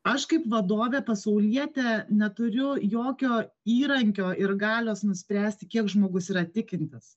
aš kaip vadovė pasaulietė neturiu jokio įrankio ir galios nuspręsti kiek žmogus yra tikintis